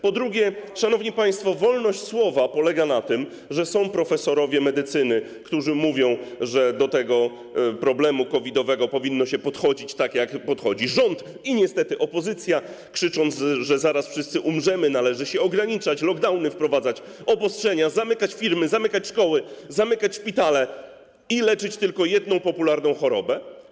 Po drugie, szanowni państwo, wolność słowa polega na tym, że są profesorowie medycyny, którzy mówią, że do problemu COVID-owego powinno się podchodzić tak, jak podchodzą rząd i niestety opozycja, krzycząc, że zaraz wszyscy umrzemy, należy się ograniczać, wprowadzać lockdowny, obostrzenia, zamykać firmy, zamykać szkoły, zamykać szpitale i leczyć tylko jedną popularną chorobę.